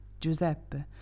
Giuseppe